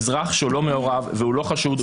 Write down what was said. אזרח שלא מעורב ולא חשוד,